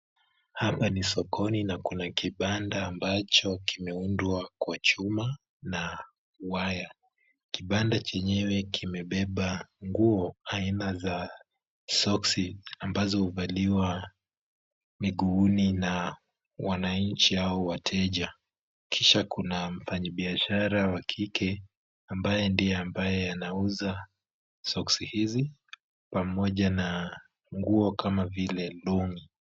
Hapa ni sokoni na kuna kibanda ambacho kimeundwa kwa chuma na waya, kibanda chenyewe kimebeba nguo aina za soksi, ambazo huvaliwa miguuni na wananchi au wateja, kisha kuna mfanyibiashara wa kike ambaye ndiye ambaye anauza soksi hizi pamoja na nguo kama vile long'i .